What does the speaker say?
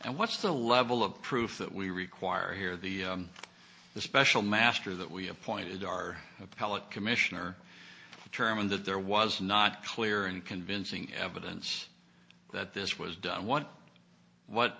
and what's the level of proof that we require here the the special master that we appointed our appellate commissioner determine that there was not clear and convincing evidence that this was done what what